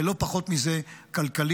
ולא פחות מזה כלכלית.